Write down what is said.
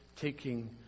taking